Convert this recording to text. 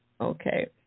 Okay